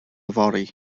yfory